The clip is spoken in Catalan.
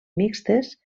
mixtes